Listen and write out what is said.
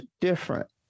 different